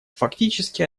фактически